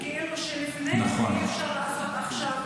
ואי-אפשר לעשות עכשיו,